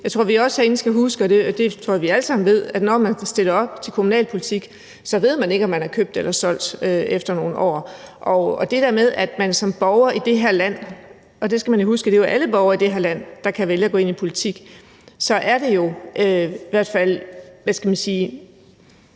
vi herinde også skal huske, og det tror jeg vi alle sammen ved, at når man stiller op til kommunalpolitik, ved man ikke, om man er købt eller solgt efter nogle år. Og i forhold til det der med, at man som borger i det her land – og man skal jo huske, at det er alle borgere i det her land – kan vælge at gå ind i politik, så er det i hvert fald en god idé,